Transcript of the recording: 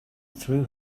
threw